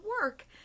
work